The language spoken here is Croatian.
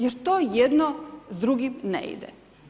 Jer to jedno s drugim ne ide.